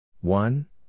One